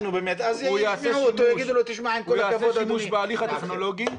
הוא יעשה שימוש בהליך הטכנולוגי